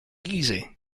easy